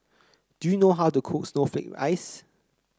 do you know how to cook Snowflake Ice